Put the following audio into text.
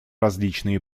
различные